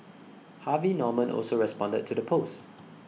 Harvey Norman also responded to the post